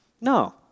No